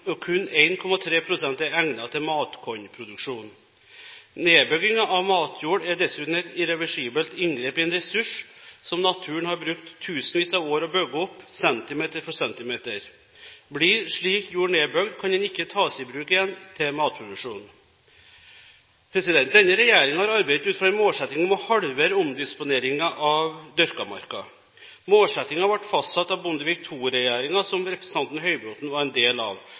er egnet til matkornproduksjon. Nedbyggingen av matjord er dessuten et irreversibelt inngrep i en ressurs som naturen har brukt tusenvis av år på å bygge opp centimeter for centimeter. Blir slik jord nedbygd, kan den ikke tas i bruk igjen til matproduksjon. Denne regjeringen har arbeidet ut fra en målsetting om å halvere omdisponeringen av dyrka mark. Målsettingen ble fastsatt av Bondevik II-regjeringen, som representanten Høybråten var en del av,